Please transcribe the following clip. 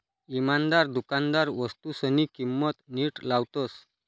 इमानदार दुकानदार वस्तूसनी किंमत नीट लावतस